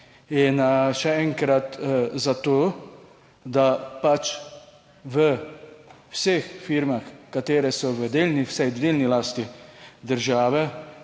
in še enkrat, zato, da pač v vseh firmah, katere so v delni, vsaj delni lasti države.